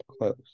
close